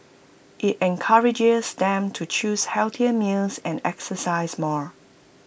IT encourages them to choose healthier meals and exercise more